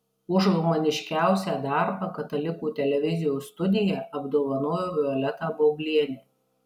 už humaniškiausią darbą katalikų televizijos studija apdovanojo violetą baublienę